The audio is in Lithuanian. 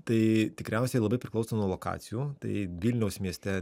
tai tikriausiai labai priklauso nuo lokacijų tai vilniaus mieste